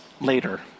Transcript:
later